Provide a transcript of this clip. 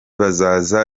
bazaza